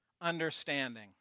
Understanding